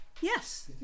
Yes